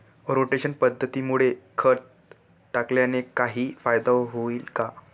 Rotation पद्धतीमुळे खत टाकल्याने काही फायदा होईल का?